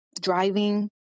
driving